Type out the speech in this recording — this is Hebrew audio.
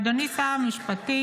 אדוני שר המשפטים,